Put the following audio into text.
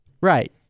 Right